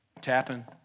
Tapping